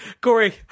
Corey